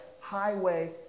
highway